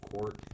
court